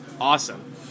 awesome